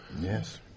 Yes